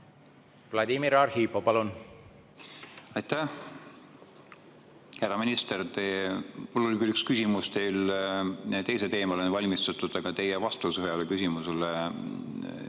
Vladimir Arhipov, palun! Aitäh! Härra minister! Mul oli küll üks küsimus teisel teemal ette valmistatud, aga teie vastus ühele küsimusele